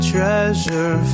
Treasure